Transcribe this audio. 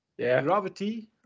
Gravity